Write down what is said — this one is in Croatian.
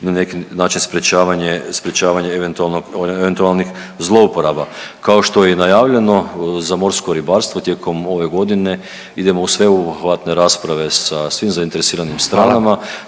sprječavanje, sprječavanje eventualnih zlouporaba. Kao što je i najavljeno za morsko ribarsko tijekom ove godine idemo u sveobuhvatne rasprave sa svim zainteresiranim stranama.